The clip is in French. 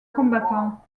combattant